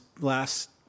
last